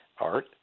art